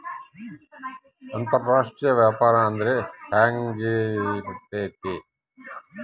ಅಂತರಾಷ್ಟ್ರೇಯ ವ್ಯಾಪಾರ ಅಂದ್ರೆ ಹೆಂಗಿರ್ತೈತಿ?